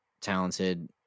talented